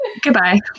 Goodbye